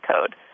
code